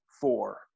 Four